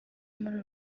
muri